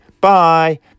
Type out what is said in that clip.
Bye